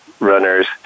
Runners